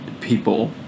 people